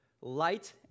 light